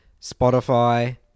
spotify